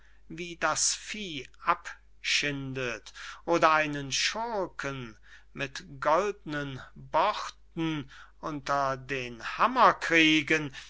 wie das vieh abschindet oder einen schurken mit goldnen borden unter den hammer kriegen